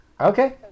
Okay